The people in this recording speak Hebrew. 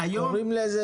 קוראים לזה